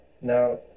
now